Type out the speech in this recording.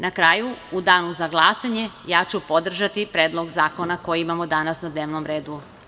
Na kraju, u danu za glasanje ja ću podržati Predlog zakona koji imamo danas na dnevnom redu.